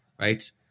right